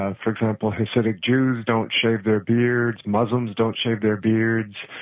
ah for example, hasidic jews don't shave their beards, muslims don't shave their beards,